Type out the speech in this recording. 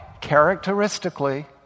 characteristically